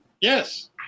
Yes